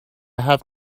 have